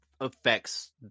affects